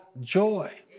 joy